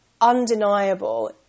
undeniable